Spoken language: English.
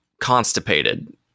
constipated